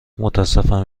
متأسفم